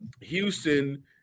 Houston